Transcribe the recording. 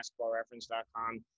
basketballreference.com